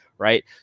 Right